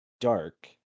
dark